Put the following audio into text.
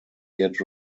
yet